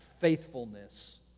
faithfulness